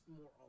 more